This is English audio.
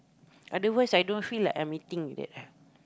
otherwise I don't feel like I'm eating that